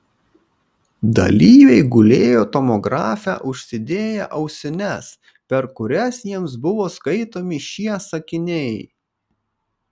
dalyviai gulėjo tomografe užsidėję ausines per kurias jiems buvo skaitomi šie sakiniai